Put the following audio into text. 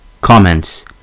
Comments